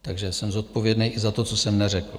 Takže jsem zodpovědný i za to, co jsem neřekl.